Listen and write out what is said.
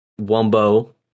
Wumbo